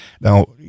Now